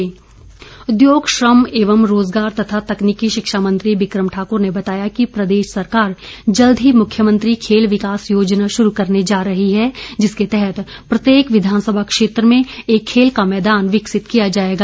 उद्योग मंत्री उद्योग श्रम एंव रोजगार तथा तकनीकी शिक्षा मंत्री बिक्रम ठाकुर ने बताया कि प्रदेश सरकार जल्द ही मुख्यमंत्री खेल विकास योजना शुरू करने जा रही है जिसके तहत प्रत्येक विधानसभा क्षेत्र में एक खेल का मैदान विकसित किया जाएगा